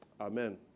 Amen